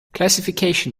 classification